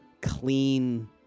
clean